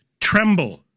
tremble